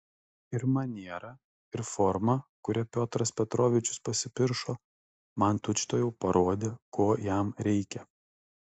ir maniera ir forma kuria piotras petrovičius pasipiršo man tučtuojau parodė ko jam reikia